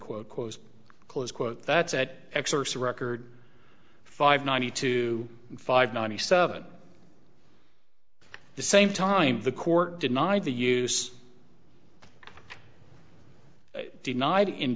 quote close close quote that's at exercise record five ninety two five ninety seven the same time the court denied the use denied in